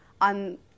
on